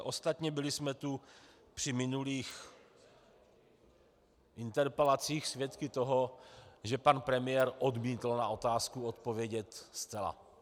Ostatně, byli jsme tu při minulých interpelacích svědky toho, že pan premiér odmítl na otázku odpovědět zcela.